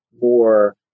more